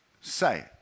Say